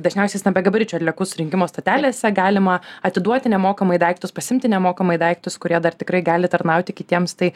dažniausiai stambiagabaričių atliekų surinkimo stotelėse galima atiduoti nemokamai daiktus pasiimti nemokamai daiktus kurie dar tikrai gali tarnauti kitiems tai